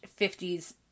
50s